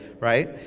right